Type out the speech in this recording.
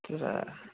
त्रै